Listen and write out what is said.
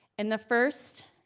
and the first